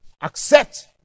accept